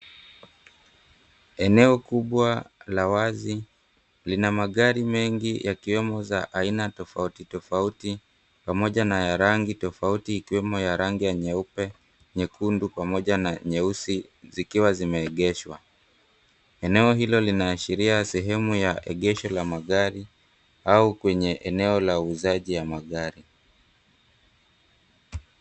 Eneo kubwa la wazi, lina magari mengi, yakiwemo za aina tofauti tofauti, pamoja na ya rangi tofauti. Ikiwemo ya rangi ya nyeupe, nyekundu, pamoja na nyeusi zikiwa zimeegeshwa. Eneo hilo linaashiria sehemu ya egesho la magari, au kwenye eneo la uuzaji ya magari.